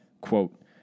Quote